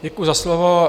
Děkuji za slovo.